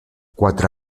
quatre